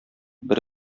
бер